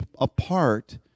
apart